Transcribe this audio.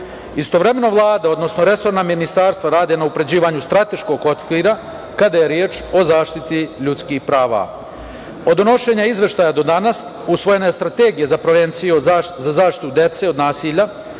Vlada, odnosno resorna ministarstva rade na unapređivanju strateškog okvira kada je reč o zaštiti ljudskih prava. Od donošenja izveštaja do danas usvojena je Strategija za prevenciju za zaštitu dece od nasilja,